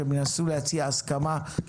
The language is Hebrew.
היא לא תיחשב כאילו העברה חדשה שהיא בדור ב'.